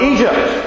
Egypt